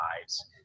lives